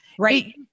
right